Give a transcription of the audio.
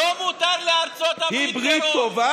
לא מותר לארצות הברית טרור.